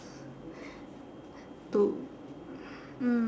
to mm